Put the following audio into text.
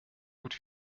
gut